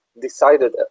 decided